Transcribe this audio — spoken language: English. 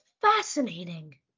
fascinating